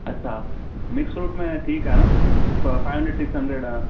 अच्छा mix fruit में ठीकु आहे न फ़ फ़ाए हंड्रेड सिक्स हंड्रेड अ